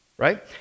Right